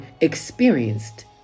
experienced